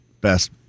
best